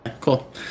cool